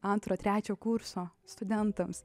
antro trečio kurso studentams